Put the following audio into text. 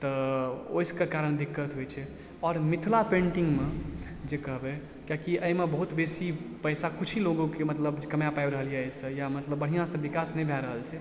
तऽ ओइ सबके कारण दिक्कत होइ छै आओर मिथिला पेन्टिंगमे जे कहबय किएक कि अइमे बहुत बेसी पैसा किछु ही लोगोके मतलब कमा पाबि रहल यऽ अइसँ या मतलब बढ़िआँसँ विकास नहि भए रहल छै